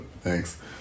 Thanks